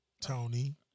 Tony